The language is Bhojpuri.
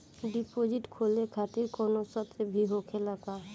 डिपोजिट खोले खातिर कौनो शर्त भी होखेला का?